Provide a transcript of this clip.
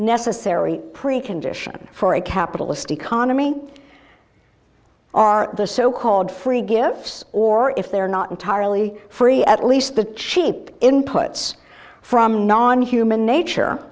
necessary precondition for a capitalist economy are the so called free gifts or if they're not entirely free at least the cheap inputs from non human nature